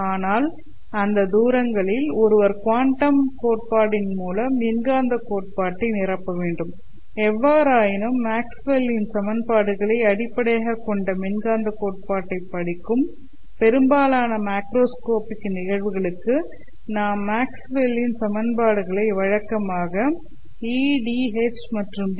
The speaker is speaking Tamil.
ஆனால் அந்த தூரங்களில் ஒருவர் குவாண்டம் கோட்பாட்டின் மூலம் மின்காந்தக் கோட்பாட்டை நிரப்ப வேண்டும் எவ்வாறாயினும் மேக்ஸ்வெல்லின் maxwell'sசமன்பாடுகளை அடிப்படையாகக் கொண்ட மின்காந்தக் கோட்பாட்டைப் படிக்கும் பெரும்பாலான மேக்ரோஸ்கோபிக் நிகழ்வுகளுக்கு நாம் மேக்ஸ்வெல்லின் Maxwell's சமன்பாடுகளை வழக்கமாக E' D' H' மற்றும் B'